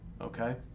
Okay